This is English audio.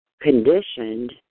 conditioned